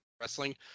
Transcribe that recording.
wrestling